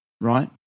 right